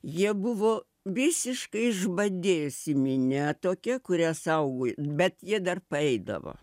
jie buvo visiškai išbadėjusi minia tokia kurią saugojo bet jie dar paeidavo